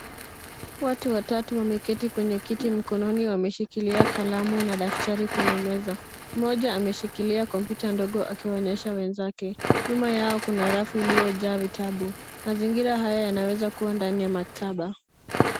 Watu watatu wameketi kwenye kiti. Mkononi wameshikilia kalamu na daftari kwenye meza. Mmoja ameshikilia kompyuta ndogo akiwaonyesha wenzake. Nyuma yao kuna rafu iliyojaa vitabu. Mazingira haya yanaweza kua ndani ya maktaba.